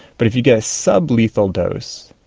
but if you get a sub-lethal dose,